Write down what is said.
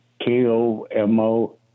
KOMO